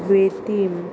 Betim